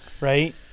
right